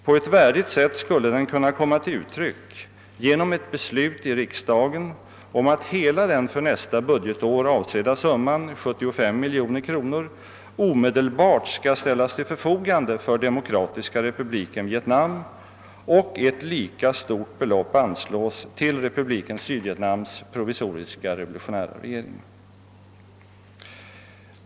På ett värdigt sätt skulle den kunna komma till uttryck genom ett beslut i riksdagen om att hela den för nästa budgetår avsedda summan, 75 miljoner kronor, omedelbart skall ställas till förfogande för Demokratiska republiken Vietnam och ett lika stort belopp anslås till republiken Sydvietnams provisoriska revolutionära regering.